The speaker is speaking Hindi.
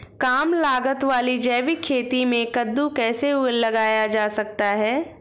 कम लागत वाली जैविक खेती में कद्दू कैसे लगाया जा सकता है?